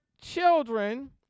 children